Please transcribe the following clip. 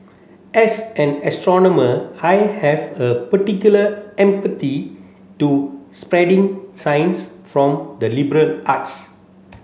as an astronomer I have a particular empathy to spreading science from the liberal arts